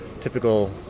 typical